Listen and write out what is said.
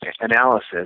analysis